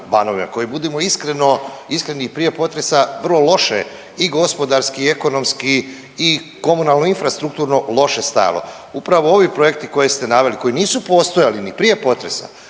koje, budimo iskreni, i prije potresa vrlo loše i gospodarski i ekonomski i komunalno-infrastrukturno loše stajalo, upravo ovi projekti koje ste naveli koji nisu postojali ni prije potresa,